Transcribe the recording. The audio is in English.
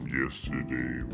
yesterday